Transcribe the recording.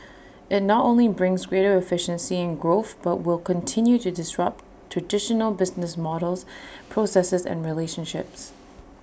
IT not only brings greater efficiency and growth but will continue to disrupt traditional business models processes and relationships